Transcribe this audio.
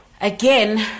again